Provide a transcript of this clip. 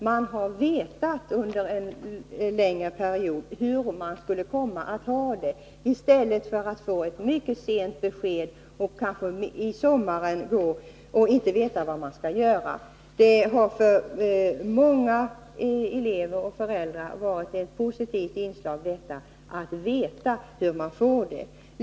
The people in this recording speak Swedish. Man har under en längre period känt till hur man skall ha det i stället för att sent på sommaren få veta hur det skall bli. Detta har upplevts som mycket positivt bland elever och föräldrar.